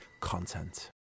content